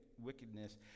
wickedness